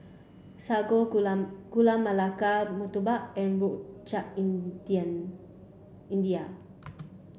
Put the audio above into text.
Sago Gula Gula Melaka Murtabak and Rojak Indian India